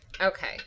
Okay